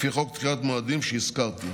לפי חוק דחיית מועדים שהזכרתי,